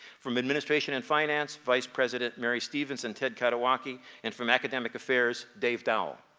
from administration and finance vice presidents mary stevens and ted kadowaki. and from academic affairs dave dowell.